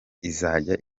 izajya